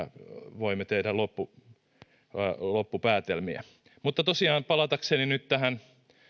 voimme tehdä loppupäätelmiä mutta tosiaan palatakseni tähän